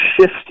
shift